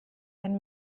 wenn